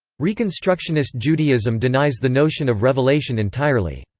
reconstructionist judaism denies the notion of revelation entirely.